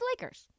Lakers